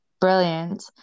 Brilliant